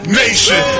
nation